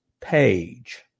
page